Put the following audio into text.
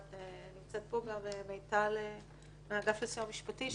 - נמצאת פה גם מיטל מאגף לסיוע המשפטי,